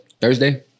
Thursday